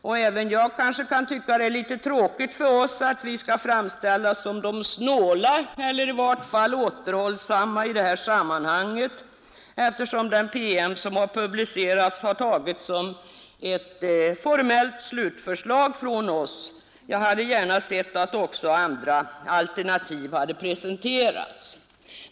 Kanske även jag kan tycka att det är litet tråkigt för oss i kommittén att framställas som de snåla eller i varje fall återhållsamma i detta sammanhang, eftersom den PM som publicerats tagits som ett formellt slutförslag från oss. Jag hade gärna sett att också andra alternativ hade presenterats.